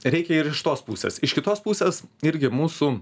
reikia ir iš tos pusės iš kitos pusės irgi mūsų